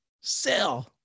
sell